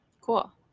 Cool